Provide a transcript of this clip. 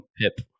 pip